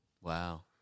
Wow